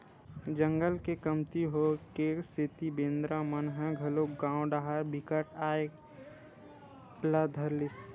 जंगल के कमती होए के सेती बेंदरा मन ह घलोक गाँव डाहर बिकट के आये ल धर लिस